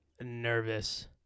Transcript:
nervous